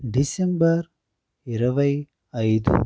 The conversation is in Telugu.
డిసెంబర్ ఇరవై ఐదు